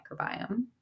microbiome